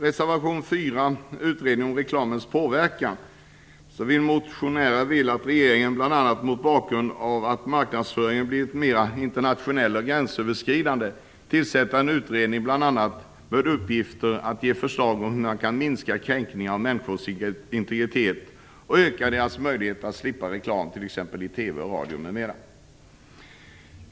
Reservation 4 handlar om en utredning om reklamens påverkan. Motionären vill att regeringen, bl.a. mot bakgrund av att marknadsföringen blivit mer internationell och gränsöverskridande, tillsätter en utredning bl.a. med uppgift att ge förslag om hur man kan minska kränkningar av människors integritet och öka deras möjligheter att slippa reklam t.ex. i TV och radio, m.m.